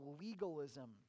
legalism